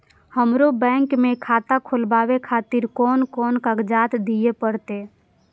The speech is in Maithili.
हमरो बैंक के खाता खोलाबे खातिर कोन कोन कागजात दीये परतें?